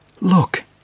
Look